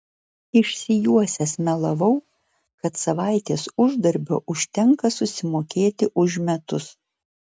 išsijuosęs melavau kad savaitės uždarbio užtenka susimokėti už metus